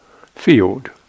Field